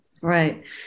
Right